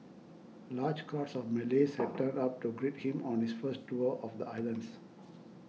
large crowds of Malays had turned up to greet him on his first tour of the islands